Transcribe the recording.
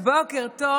בוקר טוב.